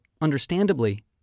understandably